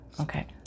okay